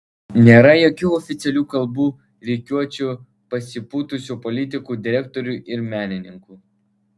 nėra jokių oficialių kalbų rikiuočių pasipūtusių politikų direktorių ir menininkų